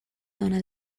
dona